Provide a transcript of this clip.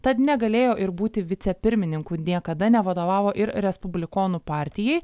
tad negalėjo ir būti vicepirmininku niekada nevadovavo ir respublikonų partijai